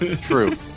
True